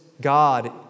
God